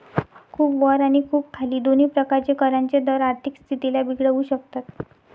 खूप वर आणि खूप खाली दोन्ही प्रकारचे करांचे दर आर्थिक स्थितीला बिघडवू शकतात